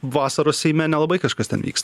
vasaros seime nelabai kažkas ten vyks